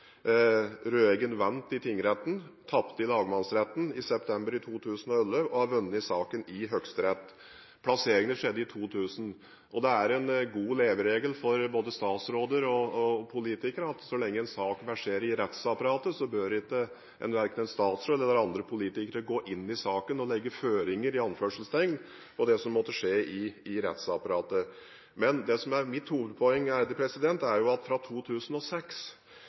vant i tingretten, tapte i lagmannsretten i september 2011 og har vunnet saken i Høyesterett. Plasseringene skjedde i 2000. En god leveregel for både statsråder og politikere er at så lenge en sak verserer i rettsapparatet, bør ikke verken en statsråd eller andre politikere gå inn i saken og legge «føringer» på det som måtte skje i rettsapparatet. Men mitt hovedpoeng er at fra 2006 er regelverket knyttet til rådgivning og salg av sammensatte produkter i flere runder blitt strammet til gjennom endringer i lov, forskrifter og rundskriv fra